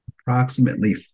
approximately